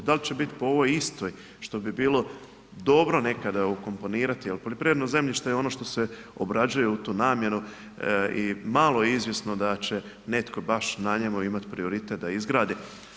Da li će biti po ovoj istoj, što bi bilo dobro nekada ukomponirati jer poljoprivredno zemljište je ono što se obrađuje u tu namjenu i malo je izvjesno da će netko baš na njemu imati prioritet da izgradi.